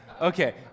okay